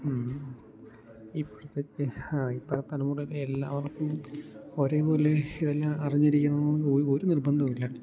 ഇപ്പോഴത്തെ ആ ഇപ്പോഴത്തെ തലമുറയിലെ എല്ലാവർക്കും ഒരു പോലെ ഇതെല്ലാം അറിഞ്ഞിരിക്കണം എന്ന് ഒരു നിർബന്ധമില്ല